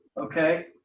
okay